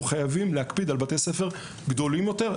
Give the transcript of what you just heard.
חייבים להקפיד על בתי ספר גדולים יותר.